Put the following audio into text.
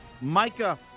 Micah